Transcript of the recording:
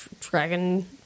Dragon